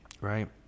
right